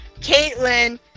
caitlyn